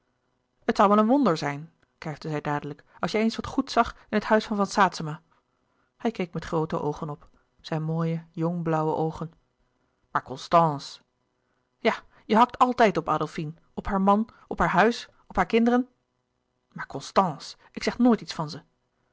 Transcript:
het zoû wel een wonder zijn kijfde zij dadelijk als jij eens wat goeds zag in het huis van van saetzema hij keek met groote oogen op zijn mooie jong blauwe oogen maar constance ja je hakt altijd op adolfine op haar man op haar huis op haar kinderen maar constance ik zeg nooit iets van ze